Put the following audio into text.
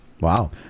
Wow